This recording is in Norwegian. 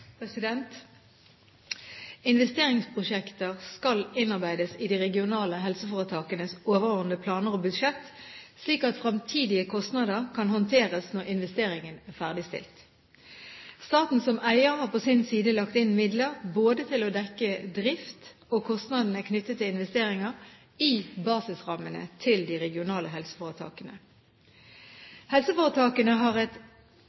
Investeringsprosjekter skal innarbeides i de regionale helseforetakenes overordnede planer og budsjetter slik at framtidige kostnader kan håndteres når investeringen er ferdigstilt. Staten, som eier, har på sin side lagt inn midler både til å dekke drift og kostnadene knyttet til investeringer i basisrammene til de regionale helseforetakene. De regionale helseforetakene har et